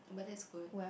but that's good